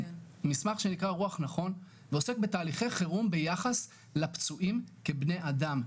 מסמך שנקרא רוח נכון ועוסק בתהליכי חירום ביחס לפצועים כבני אדם,